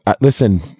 Listen